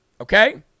Okay